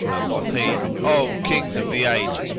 quoth he, o kings of the age,